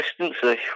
consistency